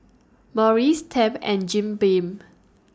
Morries Tempt and Jim Beam